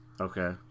Okay